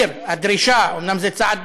הדרישה, אומנם זה צעד